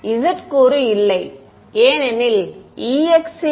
Z கூறு இல்லை ஏனெனில்Ex இன் d dy 0